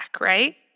right